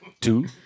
Two